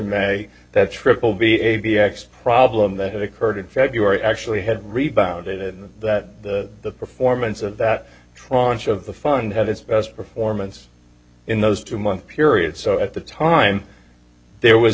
may that triple be a v x problem that had occurred in february actually had rebounded and that the performance of that tranche of the fund had its best performance in those two month period so at the time there was